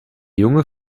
junge